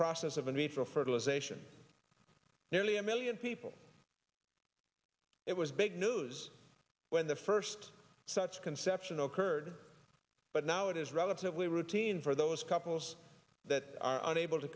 process of a need for fertilization nearly a million people it was big news when the first such conception occurred but now it is relatively routine for those couples that are unable to